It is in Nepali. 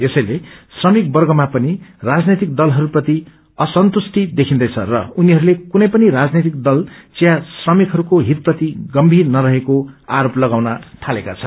यसैले श्रमिकवर्गमा पनि राजनैतिक देलहस्प्रति असन्तुष्टि देखिन्दैछ र उनीहरूले कुनै पनि राजनैतिक दल चिया श्रमिकहरूमा हितप्रति गम्भीर नरहेको आरोप लगाउन थालेका छन्